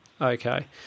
Okay